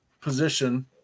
position